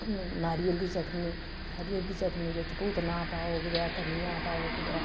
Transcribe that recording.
नारियल दी चटनी नारियल दी चटनी बिच्च पूतना पाओ कुदै धनिया पाओ कुदै